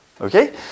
Okay